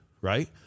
right